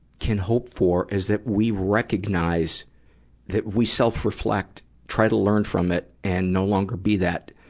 can hope for is that we recognize that we self-reflect, try to learn from it, and no longer be that,